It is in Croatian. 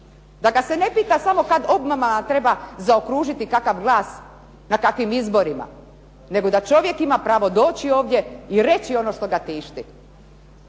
se ne razumije./… treba zaokružiti kakav glas na kakvim izborima nego da čovjek ima pravo doći ovdje i reći ono što ga tišti.